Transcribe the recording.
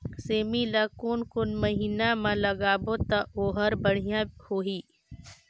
सेमी ला कोन महीना मा लगाबो ता ओहार बढ़िया होही?